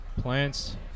plants